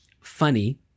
funny